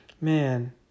Man